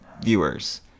viewers